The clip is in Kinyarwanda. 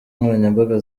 nkoranyambaga